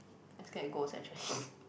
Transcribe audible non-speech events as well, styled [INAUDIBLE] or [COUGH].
I scared ghost actually [BREATH]